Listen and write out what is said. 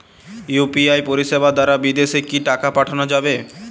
UPI পরিষেবা দারা বিদেশে কি টাকা পাঠানো যাবে?